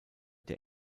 der